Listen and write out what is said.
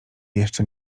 jeszcze